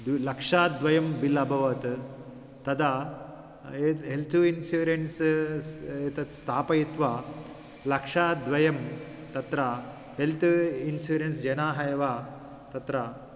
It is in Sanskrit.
द्व् लक्षद्वयं बिल् अभवत् तदा यद् हेल्त् इन्शुरेन्स् एतत् स्थापयित्वा लक्षद्वयं तत्र हेल्त् इन्शुरेन्स् जनाः एव तत्र